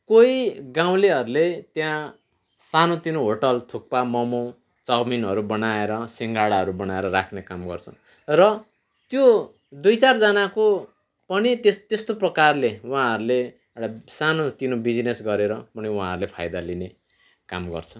कोही गाउँलेहरूले त्यहाँ सानोतिनो होटल थुक्पा मोमो चाउमिनहरू बनाएर सिङ्गडाहरू बनाएर राख्ने काम गर्छन् र त्यो दुई चारजनाको पनि त्यस त्यस्तो प्रकारले उहाँहरूले एउटा सानोतिनो बिजनेस गरेर पनि उहाँहरूले फाइदा लिने काम गर्छ